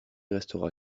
restera